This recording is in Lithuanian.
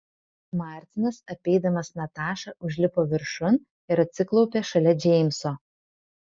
martinas apeidamas natašą užlipo viršun ir atsiklaupė šalia džeimso